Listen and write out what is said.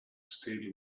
still